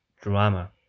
drama